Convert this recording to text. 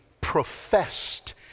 professed